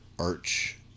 arch